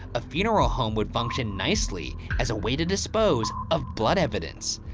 a funeral home would function nicely as a way to dispose of blood evidence.